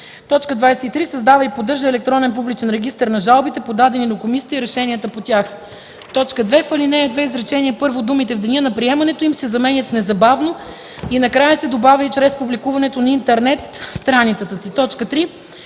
23. създава и поддържа електронен публичен регистър на жалбите, подадени до комисията и решенията по тях.” 2. В ал. 2, изречение първо думите „в деня на приемането им”се заменят с „незабавно” и накрая се добавя „и чрез публикуване на интернет страницата си ”. 3.